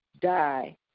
die